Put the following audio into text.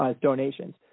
donations